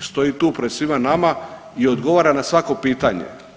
stoji tu pred svima nama i odgovara na svako pitanje.